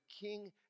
king